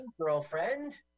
Girlfriend